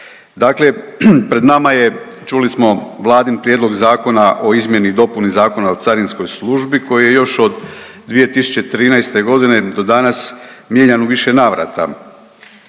Dakle, pred nama je čuli smo vladin Prijedlog zakona o izmjeni i dopuni Zakona o carinskoj službi koji je još od 2013.g. do danas mijenjan u više navrata.